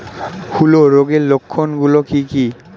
হূলো রোগের লক্ষণ গুলো কি কি?